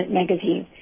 magazine